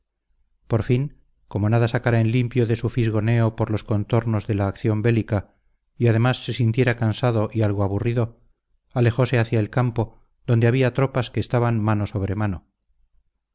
por fin como nada sacara en limpio de su fisgoneo por los contornos de la acción bélica y además se sintiera cansado y algo aburrido alejose hacia el campo donde había tropas que estaban mano sobre mano